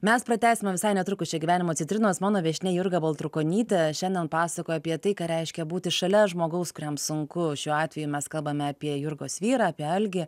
mes pratęsime visai netrukus šie gyvenimo citrinos mano viešnia jurga baltrukonytė šiandien pasakoja apie tai ką reiškia būti šalia žmogaus kuriam sunku šiuo atveju mes kalbame apie jurgos vyrą apie algį